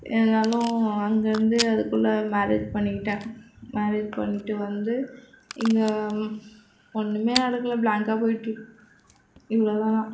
இருந்தாலும் அங்கேயிருந்து அதுக்குள்ள மேரேஜ் பண்ணிக்கிட்டேன் மேரேஜ் பண்ணிகிட்டு வந்து இங்கே ஒன்றுமே நடக்கலை பிளாங்க்கா போய்கிட்டுருக்கு இவ்வளவுதா நான்